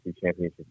Championship